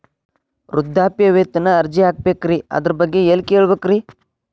ವೃದ್ಧಾಪ್ಯವೇತನ ಅರ್ಜಿ ಹಾಕಬೇಕ್ರಿ ಅದರ ಬಗ್ಗೆ ಎಲ್ಲಿ ಕೇಳಬೇಕ್ರಿ?